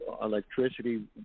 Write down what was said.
electricity